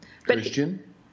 Christian